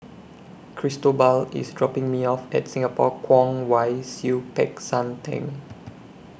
Cristobal IS dropping Me off At Singapore Kwong Wai Siew Peck San Theng